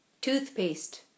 Toothpaste